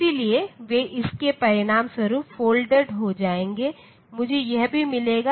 इसलिए वे इसके परिणामस्वरूप फोल्डेड हो जाएंगे मुझे यह भी मिलेगा